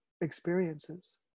experiences